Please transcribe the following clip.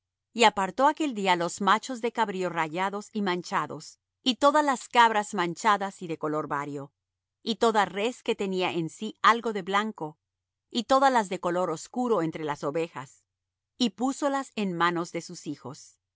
y apartó aquel día los machos de cabrío rayados y manchados y todas las cabras manchadas y de color vario y toda res que tenía en sí algo de blanco y todas las de color oscuro entre las ovejas y púsolas en manos de sus hijos